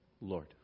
Lord